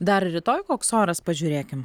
dar rytoj koks oras pažiūrėkim